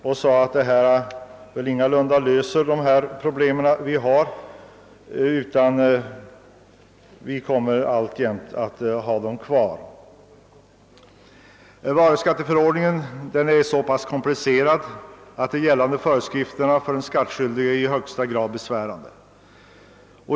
Han sade att detta förslag ingalunda löser alla problem. Vi kommer alltjämt att ha sådana kvar. Varuskattförordningen är så pass komplicerad, att de gällande föreskrif terna för den skattskyldige är i högsta grad besvärliga.